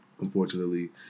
unfortunately